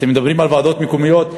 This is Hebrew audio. אתם מדברים על ועדות מקומיות,